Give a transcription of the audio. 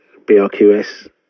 BRQS